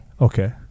Okay